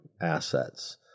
assets